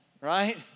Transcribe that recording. right